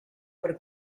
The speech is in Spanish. por